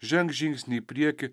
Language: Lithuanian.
žengs žingsnį į priekį